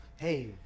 hey